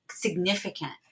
significant